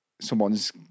someone's